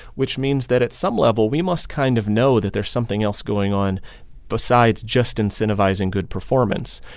which means that at some level we must kind of know that there's something else going on besides just incentivizing good performance.